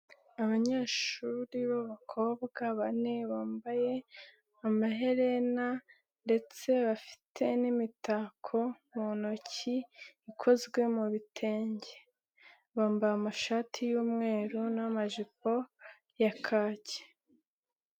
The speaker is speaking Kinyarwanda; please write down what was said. Abanyeshuri b'abakobwa bane bambaye amaherena ndetse bafite n'imitako mu ntoki ikozwe mu bitenge. Bambaye amashati y'umweru n'amajipo ya kake.